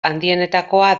handienetakoa